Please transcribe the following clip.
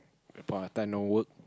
part of time no work